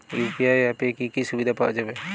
UPI অ্যাপে কি কি সুবিধা পাওয়া যাবে?